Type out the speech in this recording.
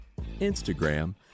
Instagram